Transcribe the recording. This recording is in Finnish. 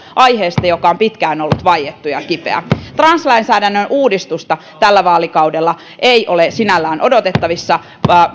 aiheesta joka on pitkään ollut vaiettu ja kipeä translainsäädännön uudistusta tällä vaalikaudella ei ole sinällään odotettavissa